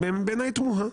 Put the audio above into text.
בעיני היא תמוהה.